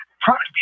product